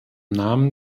namen